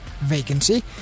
vacancy